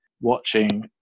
watching